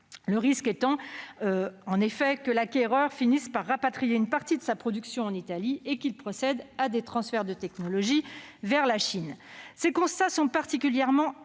Le risque est en effet important que l'acquéreur finisse par rapatrier une partie de sa production en Italie et qu'il procède à des transferts de technologie vers la Chine. Ces constats sont particulièrement alarmants